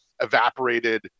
evaporated